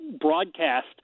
broadcast